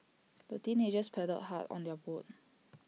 the teenagers paddled hard on their boat